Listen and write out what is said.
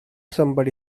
somebody